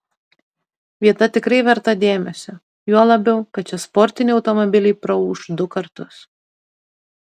vieta tikrai verta dėmesio juo labiau kad čia sportiniai automobiliai praūš du kartus